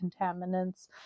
contaminants